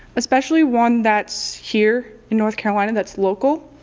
especially one that's here in north carolina that's local.